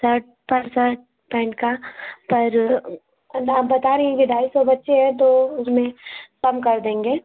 shirt पै shirt pant का पर अब तो आप बता रहीं कि ढाई सौ बच्चे हैं तो उसमें कम कर देंगे